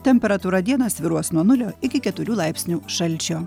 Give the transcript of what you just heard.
temperatūra dieną svyruos nuo nulio iki keturių laipsnių šalčio